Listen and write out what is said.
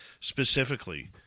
specifically